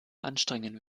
anstrengen